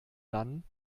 dann